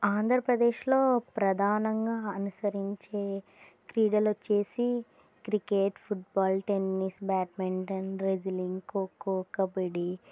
ఆంధ్రప్రదేశ్లో ప్రధానంగా అనుసరించే క్రీడలు వచ్చి cricket football tennis badminton wrestling kho kho kabaddi